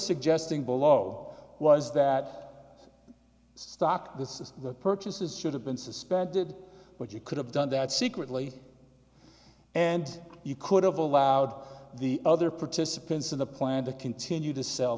suggesting below was that stock this is the purchases should have been suspended but you could have done that secretly and you could have allowed the other participants in the plan to continue to sell